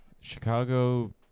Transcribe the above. Chicago